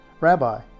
Rabbi